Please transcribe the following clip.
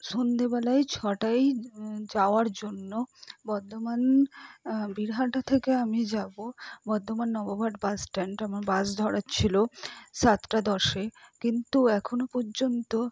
সন্ধেবেলায় ছটায় যাওয়ার জন্য বর্ধমান বীরহাটা থেকে আমি যাবো বর্ধমান নবাবহাট বাসস্ট্যান্ড আমার বাস ধরার ছিলো সাতটা দশে কিন্তু এখনো পর্যন্ত